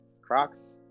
Crocs